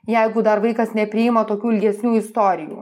jeigu dar vaikas nepriima tokių ilgesnių istorijų